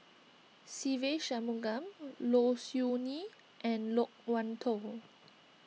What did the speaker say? Se Ve Shanmugam Low Siew Nghee and Loke Wan Tho